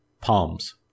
Palms